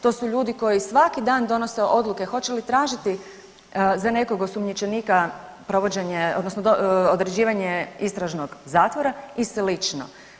To su ljudi koji svaki dan donose odluke hoće li tražiti za nekog osumnjičenika provođenje, odnosno određivanje istražnog zatvora i sl.